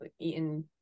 eaten